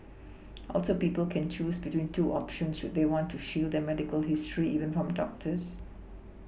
also people can choose between two options should they want to shield their medical history even from doctors